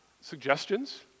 suggestions